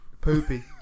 Poopy